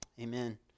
Amen